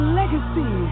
legacy